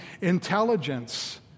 intelligence